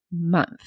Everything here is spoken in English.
month